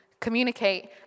communicate